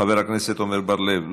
חבר הכנסת עמר בר-לב,